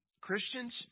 Christians